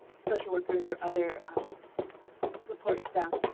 social workers or other support staff.